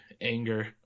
anger